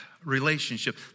Relationship